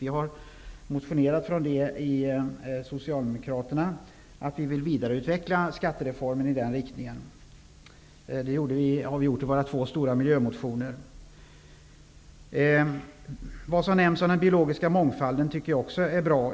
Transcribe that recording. Vi socialdemokrater säger i våra två stora miljömotioner att vi vill vidareutveckla skattereformen i den riktningen. Det som sägs i svaret om den biologiska mångfalden är också bra.